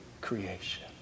creation